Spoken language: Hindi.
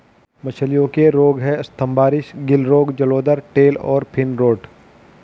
मछलियों के रोग हैं स्तम्भारिस, गिल रोग, जलोदर, टेल और फिन रॉट